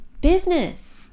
business